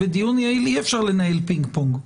בדיון יעיל אי-אפשר לנהל פינג פונג.